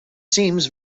seemed